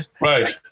Right